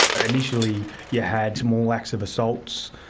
ah initially you had small acts of assaults.